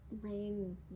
Rain